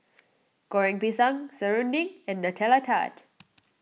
Goreng Pisang Serunding and Nutella Tart